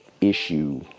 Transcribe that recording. issue